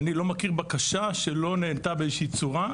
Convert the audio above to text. אני לא מכיר בקשה שלא נענתה באיזושהי צורה,